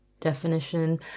Definition